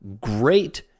great